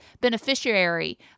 beneficiary